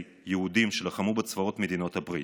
יהודים שלחמו בצבאות מדינות הברית.